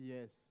Yes